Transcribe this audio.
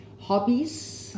hobbies